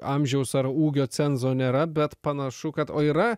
amžiaus ar ūgio cenzo nėra bet panašu kad o yra